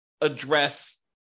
address